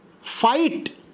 fight